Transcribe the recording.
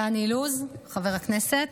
חבר הכנסת